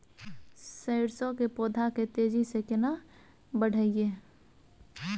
सरसो के पौधा के तेजी से केना बढईये?